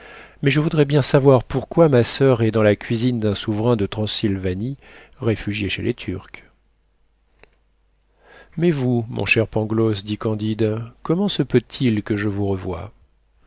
mais je voudrais bien savoir pourquoi ma soeur est dans la cuisine d'un souverain de transylvanie réfugié chez les turcs mais vous mon cher pangloss dit candide comment se peut-il que je vous revoie